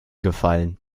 gefallen